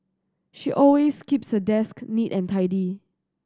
she always keeps her desk neat and tidy